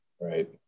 right